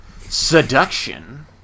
seduction